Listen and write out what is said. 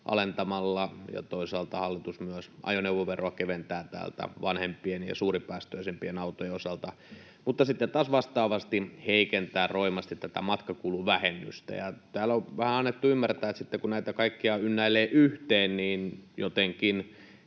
alentamalla, ja toisaalta hallitus myös ajoneuvoveroa keventää täältä vanhempien ja suuripäästöisempien autojen osalta, mutta sitten taas vastaavasti heikentää roimasti tätä matkakuluvähennystä. Täällä on vähän annettu ymmärtää, että sitten kun näitä kaikkia ynnäilee yhteen, niin jotenkin